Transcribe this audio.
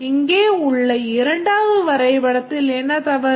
இங்கே உள்ள இரண்டாவது வரைபடத்தில் என்ன தவறு